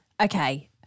Okay